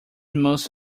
most